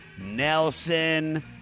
Nelson